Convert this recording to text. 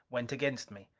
went against me.